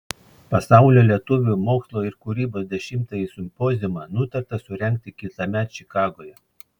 pasaulio lietuvių mokslo ir kūrybos dešimtąjį simpoziumą nutarta surengti kitąmet čikagoje